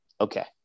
okay